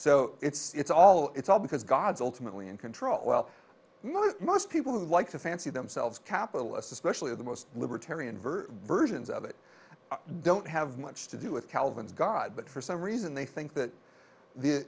so it's all it's all because god's ultimately in control well look most people who like to fancy themselves capitalists especially in the most libertarian verse versions of it don't have much to do with calvin's god but for some reason they think that the